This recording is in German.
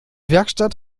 werkstatt